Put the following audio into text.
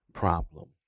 problem